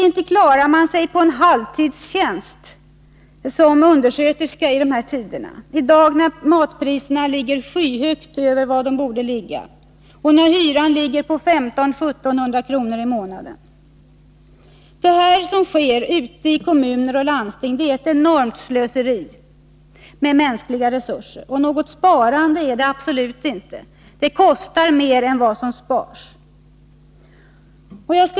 Inte klarar man sig på en halvtidstjänst som undersköterska i dessa tider, när matpriserna ligger skyhögt över vad de borde ligga, och när hyran ligger på 1 500-1 700 i månaden. Det som sker i kommuner och landsting är ett enormt slöseri med mänskliga resurser. Något ”sparande” är det absolut inte. Det kostar mer än vad som sparas.